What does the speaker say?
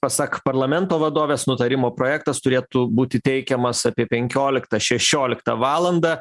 pasak parlamento vadovės nutarimo projektas turėtų būti teikiamas apie penkioliktą šešioliktą valandą